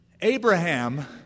Abraham